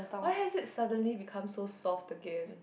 why has it suddenly become so soft again